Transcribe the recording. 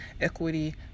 equity